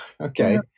okay